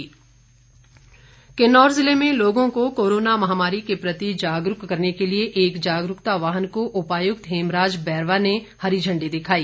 जागरूकता किन्नौर जिले में लोगों को कोरोना महामारी के प्रति जागरूक करने के लिए एक जागरूकता वाहन को उपायुक्त हेमराज बैरवा ने हरी झण्डी दिखाई